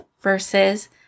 versus